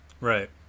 Right